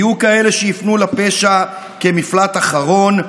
יהיו כאלה שיפנו לפשע כמפלט אחרון,